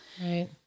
Right